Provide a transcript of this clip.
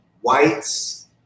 Whites